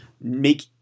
make